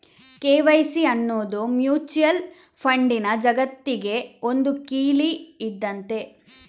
KYC ಅನ್ನುದು mutual ಫಂಡಿನ ಜಗತ್ತಿಗೆ ಒಂದು ಕೀಲಿ ಇದ್ದಂತೆ